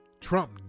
Trump